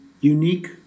unique